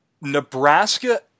Nebraska